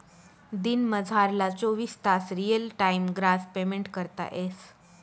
दिनमझारला चोवीस तास रियल टाइम ग्रास पेमेंट करता येस